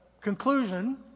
conclusion